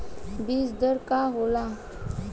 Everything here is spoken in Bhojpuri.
बीज दर का होला?